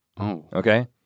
Okay